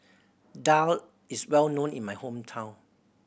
daal is well known in my hometown